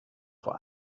vor